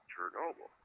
Chernobyl